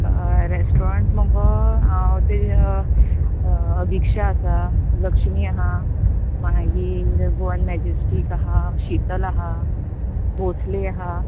अय रॅस्टोरंट मुगो हांव तेज्या अभिक्षा आसा लक्ष्मी आहा मागीर गोवन मॅजिस्टीक आहा शितल आहा भोंसले आहा